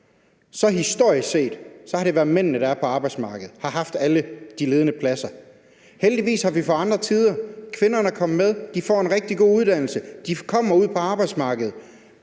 det historisk set været mændene, der har været på arbejdsmarkedet, og som har haft alle de ledende poster. Heldigvis har vi fået andre tider. Kvinderne er kommet med, de får en rigtig god uddannelse, de kommer ud på arbejdsmarkedet.